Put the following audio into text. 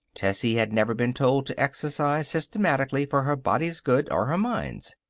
tessie had never been told to exercise systematically for her body's good, or her mind's.